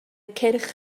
cyrch